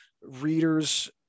readers